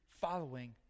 following